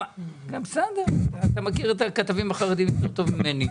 אתה מכיר את הכתבים החרדים יותר טוב ממני.